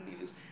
news